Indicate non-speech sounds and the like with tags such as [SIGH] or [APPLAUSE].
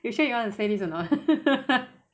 you sure you want to say this or not [LAUGHS]